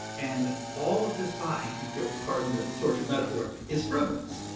and all of this pie, if you'll pardon the tortured metaphor, is frivolous.